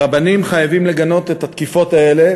הרבנים חייבים לגנות את התקיפות האלה